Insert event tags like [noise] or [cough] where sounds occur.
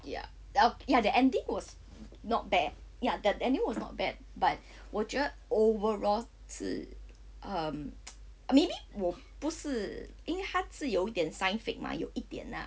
ya oh ya the ending was not bad ya the the ending was not bad but 我觉得 overall 只 err [noise] maybe 我不是因为它是有一点 sci fic mah 有一点